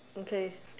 okay